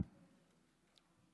שלוש